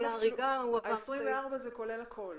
ה-24 זה כולל הכול?